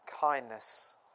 kindness